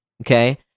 okay